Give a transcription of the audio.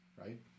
right